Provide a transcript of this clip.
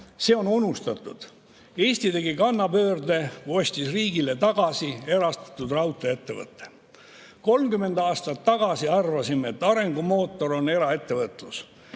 See on unustatud. Eesti tegi kannapöörde, kui ostis riigile tagasi erastatud raudtee‑ettevõtte.30 aastat tagasi arvasime, et arengumootor on eraettevõtlus.